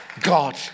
God